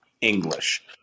English